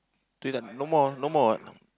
itu no more no more what